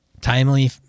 timely